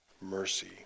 mercy